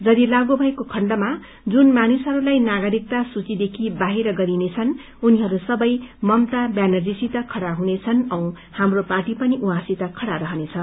यजि लागू भएको खण्डमा जुन मानिसहरूलाई नागरिकता सूचीदेखि बाहिर गरिनेछन् उनीहरू सबै ममता व्यानर्जीसित खड़ा व्यहुनेछन् औ हाम्रो पार्टी उउहाँसित खड़ा रहनेछ